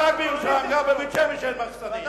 לא רק בירושלים, גם בבית-שמש אין מחסנים.